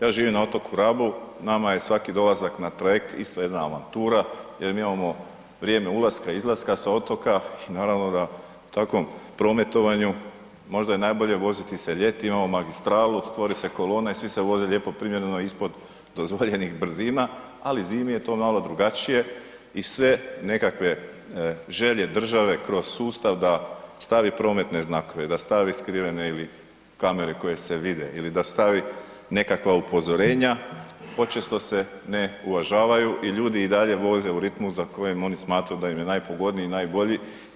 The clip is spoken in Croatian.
Ja živim na otoku Radu, nama je svaki dolazak na trajekt isto jedna avantura jer mi imamo vrijeme ulaska i izlaska sa otoka i naravno da u takvom prometovanju možda je najbolje voziti se ljeti, imamo magistralu, stvori se kolona i svi se voze lijepo, primjereno ispod dozvoljenih brzina ali zimi je to malo drugačije i sve nekakve želje države kroz sustav da stavi prometne znakove, da stavi skrivene ili kamere koje se vide ili da stavi nekakva upozorenja počesto se ne uvažavaju i ljudi i dalje voze u ritmu za koji oni smatraju da im je najpogodniji i najbolji.